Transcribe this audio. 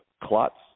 clots